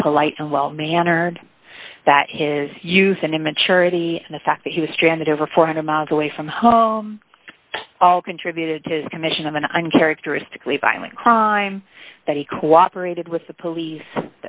was polite and well mannered that his youth and immaturity and the fact that he was stranded over four hundred miles away from home all contributed to his commission of an uncharacteristically violent crime that he cooperated with the police